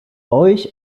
euch